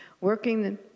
Working